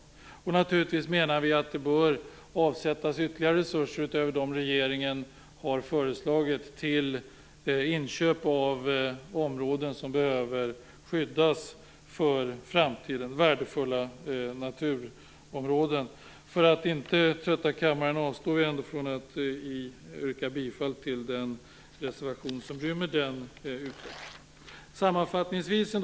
Vi menar naturligtvis att det bör avsättas ytterligare resurser, utöver de regeringen har föreslagit, till inköp av områden som behöver skyddas för framtiden - värdefulla naturområden. För att inte trötta kammaren avstår vi ifrån att yrka bifall till den reservation som rymmer den utvecklingen. Fru talman!